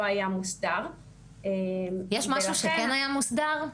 היה מוסדר ולכן -- יש משהו שכן היה מוסדר?